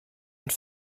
und